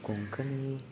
Konkani